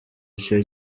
icyo